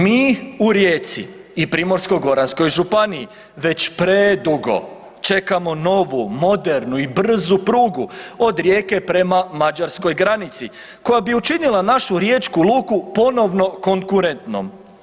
Mi u Rijeci i Primorsko-goranskoj županiji već predugo čekamo novu modernu i brzu prugu od Rijeke prema mađarskoj granici koja bi učinila našu riječku luku ponovno konkurentnom.